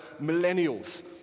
millennials